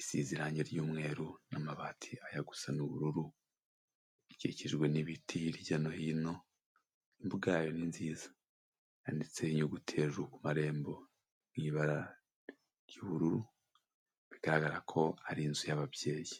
isize irangi ry'umweru n'amabati ajya gusa nu'ubururu, ikikijwe n'ibiti hirya no hino imbuga yayo ni nziza, yanditseho inyuguti hejuru ku marembo mwibara ry'ubururu bigaragara ko ari inzu y'ababyeyi.